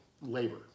labor